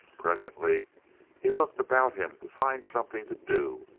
presently he looked about him to find something to do,